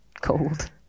cold